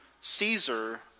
Caesar